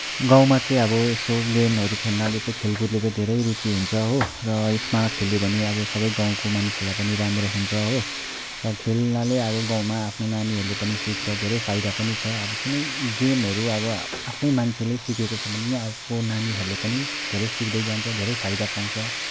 गाउँमा चाहिँ अब यसो गेमहरू खेल्नाले चाहिँ खेलकुदले चाहिँ धेरै रुचि हुन्छ हो र यसमा खेल्यो भने अब सबै गाउँको मानिसहरूलाई पनि राम्रो हुन्छ हो र खेल्नाले अब गाउँमा आफ्नो नानीहरूले पनि सिक्छ धेरै फाइदा पनि छ अब कुनै गेमहरू अब आफ्नै मान्छेले सिकेको छ भने पनि अब नानीहरूले पनि धेरै सिक्दैजान्छ धेरै फाइदा पाउँछ